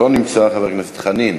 לא נמצא, חבר הכנסת חנין,